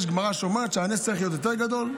יש גמרא שאומרת שהנס צריך להיות יותר גדול,